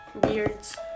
Beards